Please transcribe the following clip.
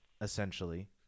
essentially